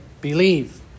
believe